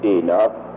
enough